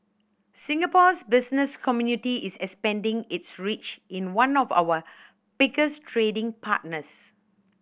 Singapore's business community is expanding its reach in one of our biggest trading partners